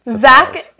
Zach